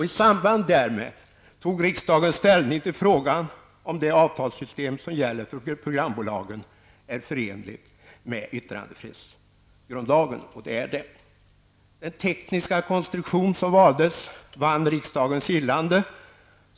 I samband därmed tog riksdagen ställning till frågan om det avtalssystem som gäller för programbolagen är förenligt med yttrandefrihetsgrundlagen, och det är det. Den tekniska konstruktion som valdes vann riksdagens gillande.